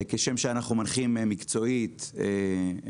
כשם שאנחנו מנחים מקצועית שוטרים,